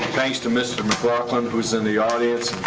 thanks to mr. mclachlan, who's in the audience,